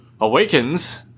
Awakens